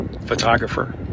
photographer